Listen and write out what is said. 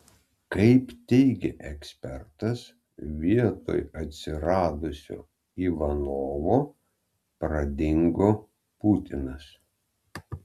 kaip teigia ekspertas vietoj atsiradusio ivanovo pradingo putinas